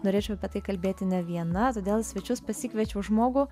norėčiau apie tai kalbėti ne viena todėl svečius pasikviečiau žmogų